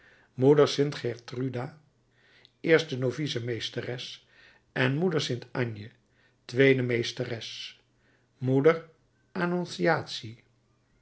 moeder st gertruda eerste novice meesteres en moeder st ange tweede meesteres moeder annonciatie